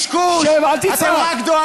לא טובת הרדיו,